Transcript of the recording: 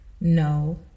No